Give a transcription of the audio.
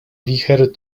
wicher